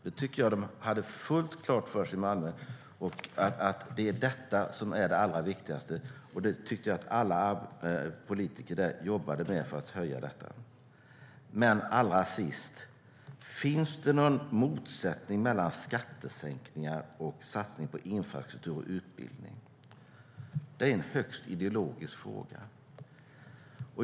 Det är det allra viktigaste. Det de hade fullt klart för sig i Malmö, och alla politiker där jobbar för det. Allra sist: Finns det någon motsättning mellan skattesänkningar och satsning på infrastruktur och utbildning? Det är en högst ideologisk fråga.